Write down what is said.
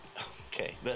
Okay